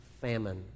famine